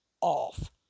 off